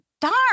darn